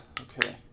Okay